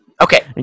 Okay